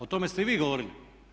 O tome ste i vi govorili.